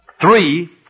Three